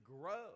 grow